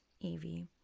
Evie